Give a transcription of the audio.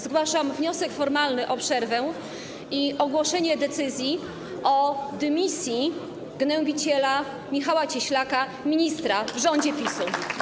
Zgłaszam wniosek formalny o przerwę i ogłoszenie decyzji o dymisji gnębiciela Michała Cieślaka - ministra w rządzie PiS.